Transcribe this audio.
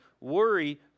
worry